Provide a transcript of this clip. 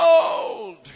gold